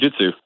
jujitsu